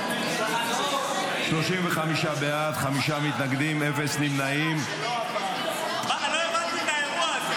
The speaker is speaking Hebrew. ועדת השרים שלך העבירה את החוק.